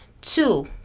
Two